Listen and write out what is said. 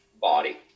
body